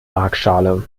waagschale